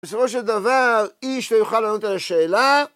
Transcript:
בסופו של דבר, איש לא יוכל לענות על השאלה...